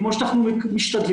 כמו שאנחנו משתדלים,